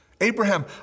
Abraham